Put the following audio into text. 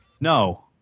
No